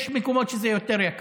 יש מקומות שזה יותר יקר.